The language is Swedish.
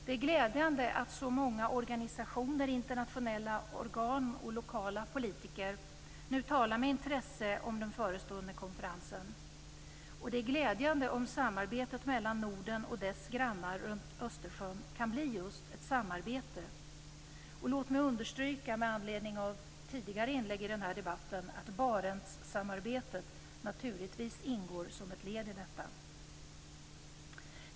Det är glädjande att så många organisationer, internationella organ och lokala politiker nu talar med intresse om den förestående konferensen, och det är glädjande om samarbetet mellan Norden och dess grannar runt Östersjön kan bli just ett samarbete. Låt mig med anledning av tidigare inlägg i debatten understryka att Barentssamarbetet naturligtvis ingår som ett led i detta.